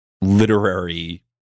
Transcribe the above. literary